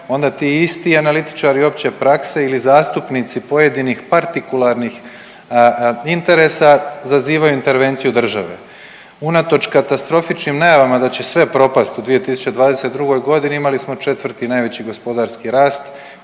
onda ti isti analitičari opće prakse ili zastupnici pojedinih partikularnih interesa zazivaju intervenciju države. Unatoč katastrofičnim najavama da će sve propast u 2022.g. imali smo četvrti najveći gospodarski rast